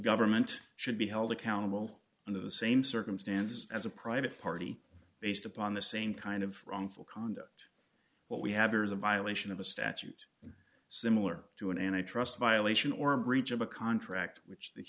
government should be held accountable under the same circumstances as a private party based upon the same kind of wrongful conduct what we have here is a violation of a statute similar to an antitrust violation or a breach of a contract which that